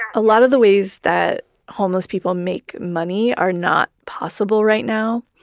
ah a lot of the ways that homeless people make money are not possible right now.